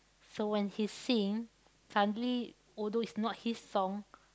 so when he sing suddenly although it's not his song